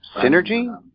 synergy